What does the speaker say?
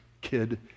kid